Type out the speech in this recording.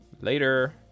later